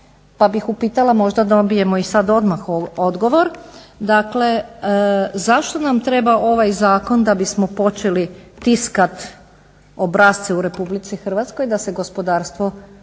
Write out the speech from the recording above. pa bih upitala, možda dobijemo i sad odmah odgovor. Dakle zašto nam treba ovaj zakon da bismo počeli tiskat obrasce u Republici Hrvatskoj da se gospodarstvo